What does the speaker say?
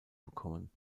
bekommen